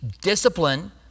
discipline